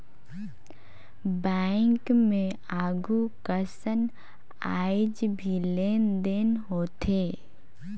bank मे आघु कसन आयज भी लेन देन होथे